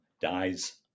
dies